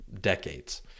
decades